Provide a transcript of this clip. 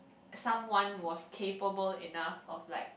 someone was capable enough I was like